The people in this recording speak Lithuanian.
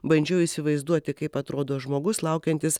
bandžiau įsivaizduoti kaip atrodo žmogus laukiantis